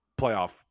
playoff